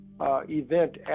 event